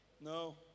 No